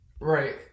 Right